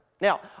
Now